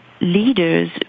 leaders